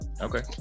Okay